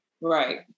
Right